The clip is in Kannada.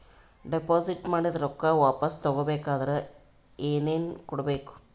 ಡೆಪಾಜಿಟ್ ಮಾಡಿದ ರೊಕ್ಕ ವಾಪಸ್ ತಗೊಬೇಕಾದ್ರ ಏನೇನು ಕೊಡಬೇಕು?